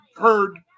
heard